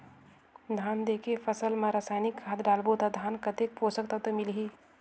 धान देंके फसल मा रसायनिक खाद डालबो ता धान कतेक पोषक तत्व मिलही?